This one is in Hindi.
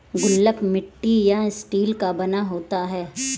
गुल्लक मिट्टी या स्टील का बना होता है